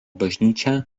bažnyčia